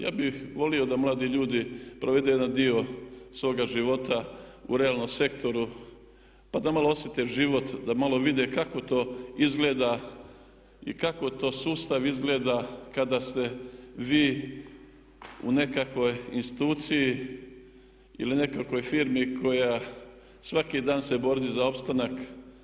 Ja bih volio da mladi ljudi provedu jedan dio svoga života u realnom sektoru pa da malo osjete život, da malo vide kako to izgleda i kako to sustav izgleda kada ste vi u nekakvoj instituciji ili u nekakvoj firmi koja svaki dan se bori za opstanak.